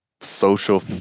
social